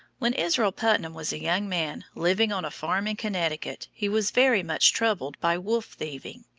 when israel putnam was a young man, living on a farm in connecticut, he was very much troubled by wolf thieving.